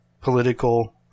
political